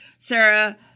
Sarah